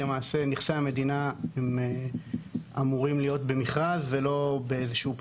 נכסי המדינה אמורים להיות מסורים על ידי מכרז ולא במחשכים.